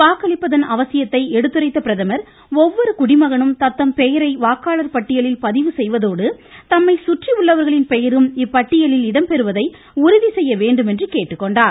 வாக்களிப்பதன் அவசியத்தை எடுத்துரைத்த பிரதமர் குடிமகனும் தத்தம் பெயரை வாக்காளர் பட்டியலில் பதிவு செய்வதோடு தம்மை பெயரும் சுற்றியுள்ளவர்களின் இப்பட்டியலில் இடம்பெறுவதை உறுதிசெய்யவேண்டும் என்று கேட்டுக்கொண்டார்